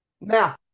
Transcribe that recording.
Now